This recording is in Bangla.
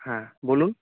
হ্যাঁ বলুন